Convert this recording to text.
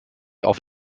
auf